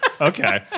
Okay